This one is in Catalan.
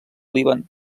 líban